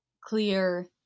clear